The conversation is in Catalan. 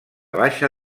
baixa